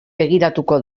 begiratuko